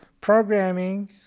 Programming